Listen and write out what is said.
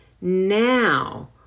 Now